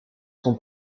son